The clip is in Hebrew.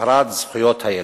הצהרת זכויות הילד.